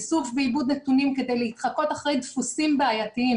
איסוף ועיבוד נתונים כדי להתחקות אחרי דפוסים בעייתיים.